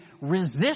resist